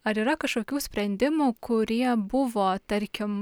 ar yra kažkokių sprendimų kurie buvo tarkim